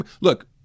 Look